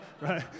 right